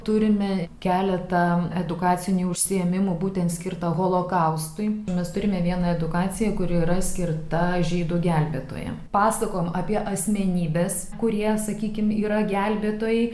turime keletą edukacinių užsiėmimų būtent skirta holokaustui mes turime vieną edukaciją kuri yra skirta žydų gelbėtojams pasakojam apie asmenybes kurie sakykime yra gelbėtojai